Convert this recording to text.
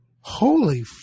holy